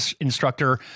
instructor